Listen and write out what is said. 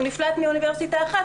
הוא נפלט מאוניברסיטה אחת,